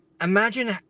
imagine